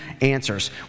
answers